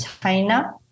China